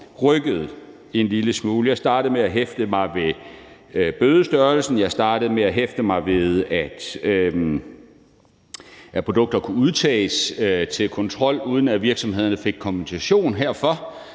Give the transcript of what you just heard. rystet en lille smule. Jeg startede med at hæfte mig ved bødestørrelsen og ved, at produkter kunne udtages til kontrol, uden at virksomhederne fik kompensation herfor.